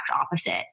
opposite